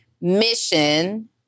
mission